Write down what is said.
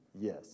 Yes